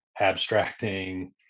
abstracting